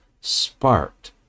sparked